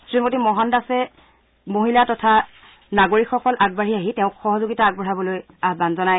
শ্ৰীমতী মোহনদসে মহিলা তথা নাগৰিকসকল আগবাঢ়ি আহি তেওঁক সহযোগিতা আগবঢ়াবলৈ আহ্মন জনায়